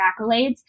accolades